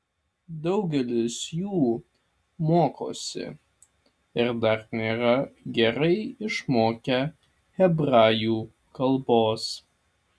daugelis jų mokosi ir dar nėra gerai išmokę hebrajų kalbos